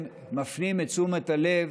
ומפנים את תשומת הלב